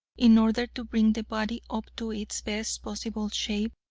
in order to bring the body up to its best possible shape.